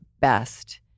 best